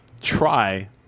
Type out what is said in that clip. try